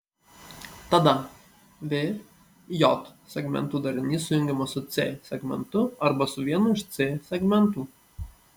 tada v j segmentų darinys sujungiamas su c segmentu arba su vienu iš c segmentų